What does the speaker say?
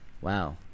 Wow